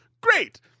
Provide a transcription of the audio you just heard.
Great